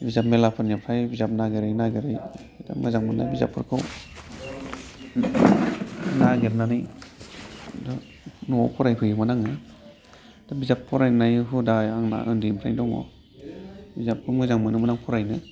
बिजाब मेलाफोरनिफ्राय बिजाब नागिरै नागिरै दा मोजां मोननाय बिजाबफोरखौ नागिरनानै न'आव फरायफैयोमोन आङो बिजाब फरायनाय हुदाया आंना उन्दैनिफ्रायनो दङ बिजाबखौ मोजां मोनोमोन आं फरायनो